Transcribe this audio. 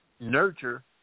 nurture